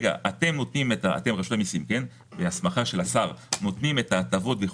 אתם, רשות המיסים, נותנים את ההטבות.